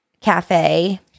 cafe